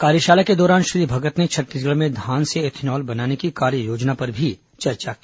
कार्यशाला के दौरान श्री भगत ने छत्तीसगढ़ में धान से एथेनॉल बनाने की कार्ययोजना पर भी चर्चा की